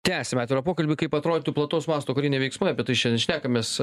tęsiame atvirą pokalbį kaip atrodytų plataus masto kariniai veiksmai apie tai šiandien šnekamės